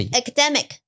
academic